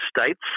states